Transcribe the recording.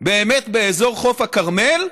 באמת באזור חוף הכרמל,